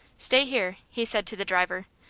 stay here, he said to the driver.